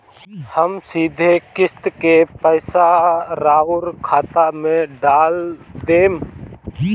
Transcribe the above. हम सीधे किस्त के पइसा राउर खाता में डाल देम?